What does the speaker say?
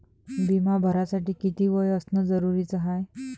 बिमा भरासाठी किती वय असनं जरुरीच हाय?